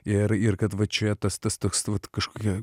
ir ir kad vat čia tas tas toks vat kažkokia